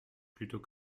plutôt